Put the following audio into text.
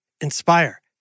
Inspire